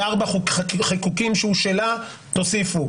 בארבעה חיקוקים שהוא שלה תוסיפו,